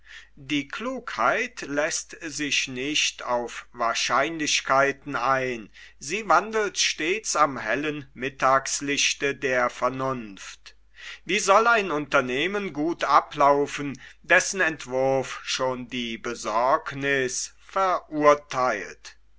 die klugheit läßt sich nicht auf wahrscheinlichkeiten ein sie wandelt stets am hellen mittagslichte der vernunft wie soll ein unternehmen gut ablaufen dessen entwurf schon die besorgniß verurtheilt